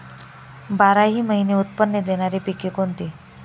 बाराही महिने उत्त्पन्न देणारी पिके कोणती?